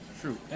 true